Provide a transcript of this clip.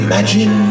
Imagine